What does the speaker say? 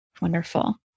wonderful